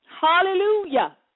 Hallelujah